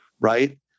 right